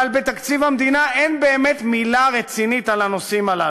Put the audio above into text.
אבל בתקציב המדינה אין באמת מילה רצינית על הנושאים הללו,